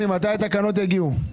מתי התקנות יגיעו?